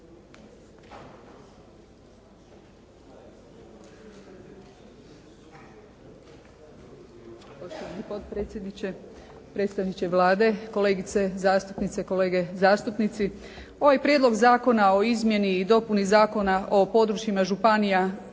Ovaj prijedlog Zakona o izmjeni i dopuni Zakona o područjima županija,